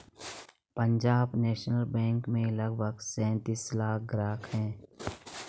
Punjab National Bank के लगभग सैंतीस लाख ग्राहक हैं